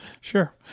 Sure